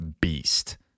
beast